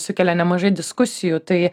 sukelia nemažai diskusijų tai